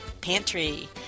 pantry